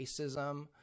racism